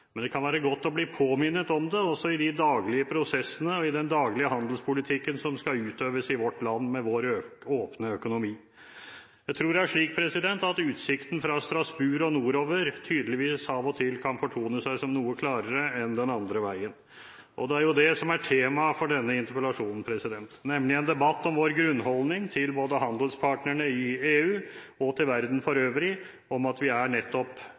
Men det kan være godt å bli påminnet det, også i de daglige prosessene og i den daglige handelspolitikken som skal utøves i vårt land med vår åpne økonomi. Jeg tror det er slik at utsikten fra Strasbourg og nordover tydeligvis av og til kan fortone seg som noe klarere enn den andre veien. Og det er jo det som er temaet for denne interpellasjonen, nemlig en debatt om vår grunnholdning til både handelspartnerne i EU og til verden for øvrig om at vi er nettopp